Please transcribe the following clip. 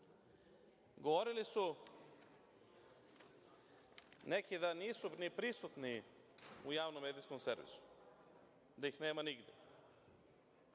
servisu. Govorili su neki da nisu ni prisutni u javnom medijskom servisu, da ih nema nigde.